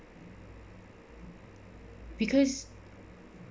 because